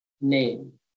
name